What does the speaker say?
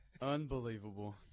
Unbelievable